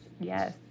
yes